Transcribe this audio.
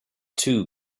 two